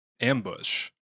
ambush